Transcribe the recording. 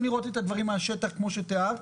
לראות את הדברים מהשטח כמו שתיארת.